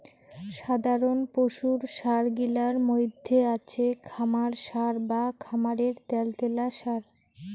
সাধারণ পশুর সার গিলার মইধ্যে আছে খামার সার বা খামারের ত্যালত্যালা সার